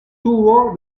tubo